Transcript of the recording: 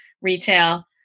retail